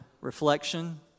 reflection